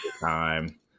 time